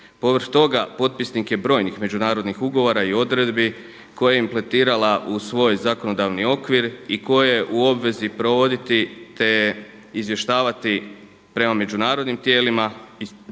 Povrh toga potpisnik je brojnih međunarodnih ugovora i odredbi koje je implementirala u svoj zakonodavni okvir i koje je u obvezi provoditi te izvještavati prema međunarodnim tijelima i svim